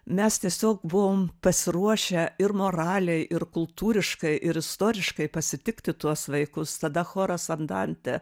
mes tiesiog buvom pasiruošę ir moraliai ir kultūriškai ir istoriškai pasitikti tuos vaikus tada choras andante